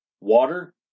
Water